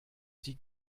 die